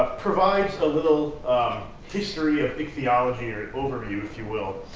ah provides a little history of ichthyology, or overview, if you will.